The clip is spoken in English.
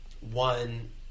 one